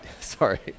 sorry